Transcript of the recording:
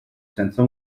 senza